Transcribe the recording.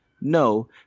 No